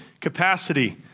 capacity